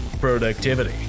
productivity